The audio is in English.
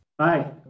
Hi